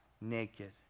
naked